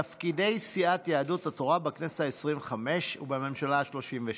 תפקידי סיעת יהדות התורה בכנסת העשרים-וחמש ובממשלה השלושים-ושבע".